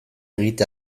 egite